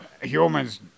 humans